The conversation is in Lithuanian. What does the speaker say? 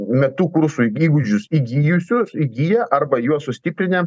metu kursų įgūdžius įgijusius įgiję arba juos sustiprinę